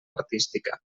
artística